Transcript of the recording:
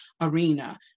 arena